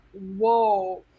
whoa